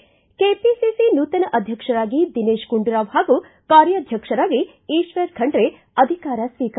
ಿ ಕೆಪಿಸಿಸಿ ನೂತನ ಅಧ್ಯಕ್ಷರಾಗಿ ದಿನೇತ ಗುಂಡೂರಾವ್ ಹಾಗೂ ಕಾರ್ಯಾಧ್ಯಕ್ಷರಾಗಿ ಈಶ್ವರ ಖಂಡ್ ಅಧಿಕಾರ ಸ್ವೀಕಾರ